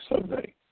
Sunday